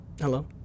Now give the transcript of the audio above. Hello